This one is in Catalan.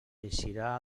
eixirà